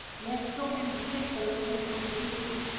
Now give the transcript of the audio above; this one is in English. you have so many centers for responsibility,